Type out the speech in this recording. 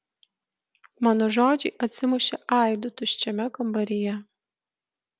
mano žodžiai atsimušė aidu tuščiame kambaryje